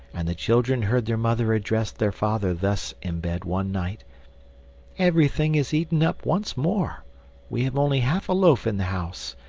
and the children heard their mother address their father thus in bed one night everything is eaten up once more we have only half a loaf in the house,